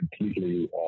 completely